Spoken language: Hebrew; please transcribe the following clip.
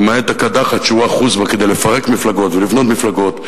למעט בקדחת שהוא אחוז בה כדי לפרק מפלגות ולבנות מפלגות,